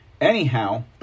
Anyhow